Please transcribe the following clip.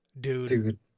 Dude